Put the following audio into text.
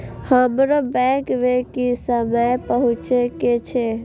हमरो बैंक में की समय पहुँचे के छै?